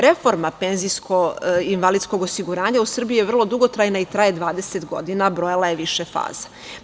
Reforma penzijskog i invalidskog osiguranja u Srbiji je dugotrajna i traje 20 godina, a brojala je više faza.